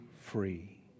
free